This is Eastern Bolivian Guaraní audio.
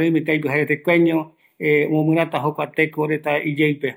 rämi